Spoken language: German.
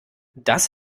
das